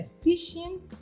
efficient